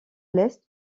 l’est